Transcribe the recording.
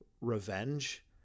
revenge